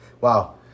wow